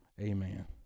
amen